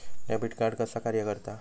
Debit card कसा कार्य करता?